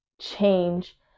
change